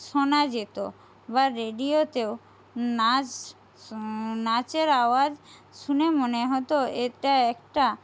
শোনা যেতো বা রেডিওতেও নাচ নাচের আওয়াজ শুনে মনে হতো এটা একটা